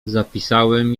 zapisałem